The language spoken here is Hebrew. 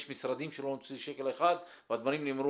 יש משרדים שלא נוצלו שקל אחד והדברים נאמרו